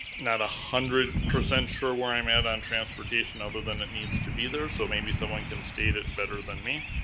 not one ah hundred percent sure where i'm at on transportation other than it needs to be there, so maybe someone can state it better than me.